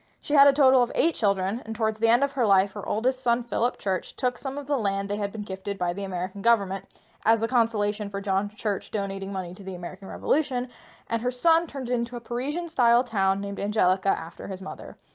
she had a total of eight children and towards the end of her life her oldest son, philip church, took some of the land they had been gifted by the american government as a consolation for john's church donating money to the american revolution and her son turned into a parisian style town named angelica after his mother.